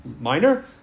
Minor